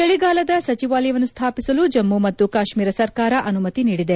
ಚಳಿಗಾಲದ ಸಚಿವಾಲಯವನ್ನು ಸ್ತಾಪಿಸಲು ಜಮ್ಮು ಮತ್ತು ಕಾಶ್ಮೀರ ಸರ್ಕಾರ ಅನುಮತಿ ನೀಡಿದೆ